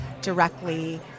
directly